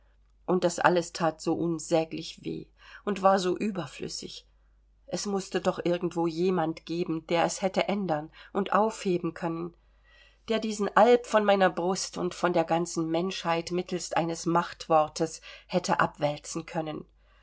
und das alles that so unsäglich weh und war so überflüssig es mußte doch irgendwo jemand geben der es hätte ändern und aufheben können der diesen alp von meiner brust und von der ganzen menschheit mittelst eines machtwortes hätte abwälzen können